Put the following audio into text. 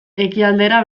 ekialdera